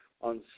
On